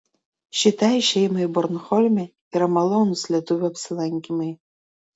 šitai šeimai bornholme yra malonūs lietuvių apsilankymai